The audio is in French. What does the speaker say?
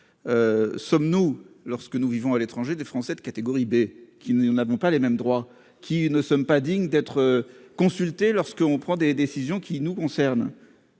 sommes-nous lorsque nous vivons à l'étranger des Français de catégorie B qui nous n'avons pas les mêmes droits, qui ne sommes pas digne d'être consultées lorsqu'on prend des décisions qui nous concernent.